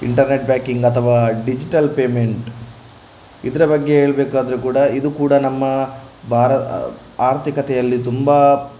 internet banking ಅಥವಾ digital payment ಇದರ ಬಗ್ಗೆ ಹೇಳಬೇಕಾದರೆ ಕೂಡ ಇದು ಕೂಡ ನಮ್ಮ ಭಾರ ಆರ್ಥಿಕತೆಯಲ್ಲಿ ತುಂಬ